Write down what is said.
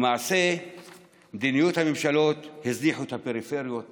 למעשה מדיניות הממשלות הזניחה את הפריפריות בכלל.